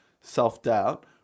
self-doubt